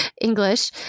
English